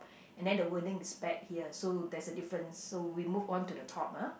and then the wording is bet here so there's a difference so we move on to the top ah